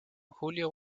julio